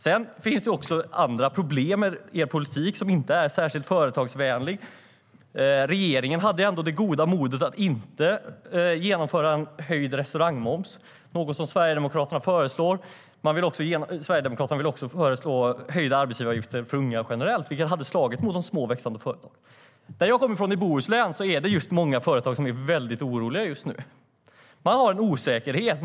Sedan finns det också andra problem i er politik som inte är särskilt företagsvänlig. Regeringens förslag hade ändå det goda med sig att inte genomföra en höjd restaurangmoms, något som Sverigedemokraterna föreslår. De föreslår också höjda arbetsgivaravgifter för unga generellt, vilket hade slagit mot de små, växande företagen. Jag kommer från Bohuslän. Där är det många företag som är väldigt oroliga just nu. Det finns en osäkerhet.